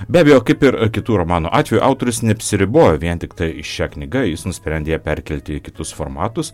be abejo kaip ir kitų romanų atveju autorius neapsiribojo vien tiktai šia knyga jis nusprendė ją perkelti į kitus formatus